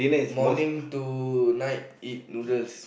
morning to night eat noodles